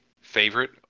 favorite